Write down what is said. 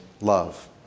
love